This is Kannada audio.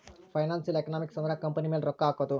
ಫೈನಾನ್ಸಿಯಲ್ ಎಕನಾಮಿಕ್ಸ್ ಅಂದ್ರ ಕಂಪನಿ ಮೇಲೆ ರೊಕ್ಕ ಹಕೋದು